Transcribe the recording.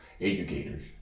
educators